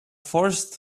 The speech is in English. forced